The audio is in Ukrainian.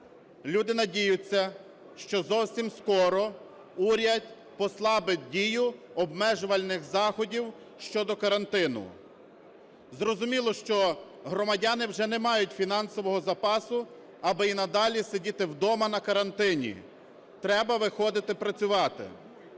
Люди надіються, що зовсім скоро уряд послабить дію обмежувальних заходів щодо карантину. Зрозуміло, що громадяни вже не мають фінансового запасу аби і далі сидіти вдома на карантині, треба виходити працювати.